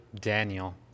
Daniel